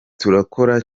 turakora